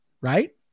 right